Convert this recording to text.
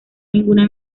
ninguna